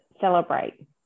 celebrate